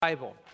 Bible